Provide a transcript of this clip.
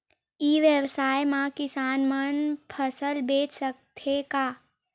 ई व्यवसाय म किसान मन फसल बेच सकथे का?